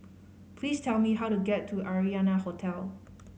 please tell me how to get to Arianna Hotel